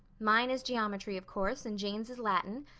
mine is geometry of course, and jane's is latin,